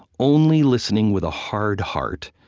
only listening with a hard heart.